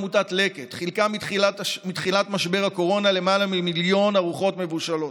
עמותת לקט חילקה מתחילת המשבר הקורונה למעלה ממיליון ארוחות מבושלות,